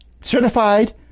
certified